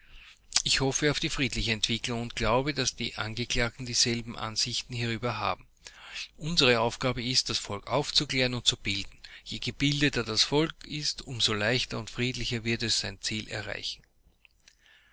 ich hoffe auf die friedliche entwicklung und glaube daß die angeklagten dieselben ansichten hierüber haben unsere aufgabe ist das volk aufzuklären und zu bilden je gebildeter das volk ist um so leichter und friedlicher wird es sein ziel erreichen